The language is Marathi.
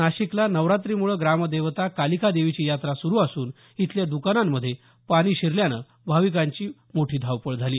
नाशिकला नवरात्रीमुळे ग्राम देवता कालिका देवीची यात्रा सुरू असून इथल्या दकानांमध्ये पाणी शिरल्यानं भाविकांची धावपळ उडाली